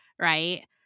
Right